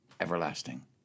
everlasting